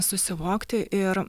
susivokti ir